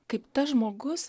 kaip tas žmogus